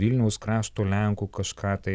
vilniaus krašto lenkų kažką tai